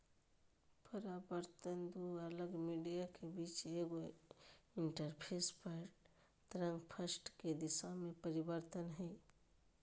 परावर्तन दू अलग मीडिया के बीच एगो इंटरफेस पर तरंगफ्रंट के दिशा में परिवर्तन हइ